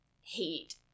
hate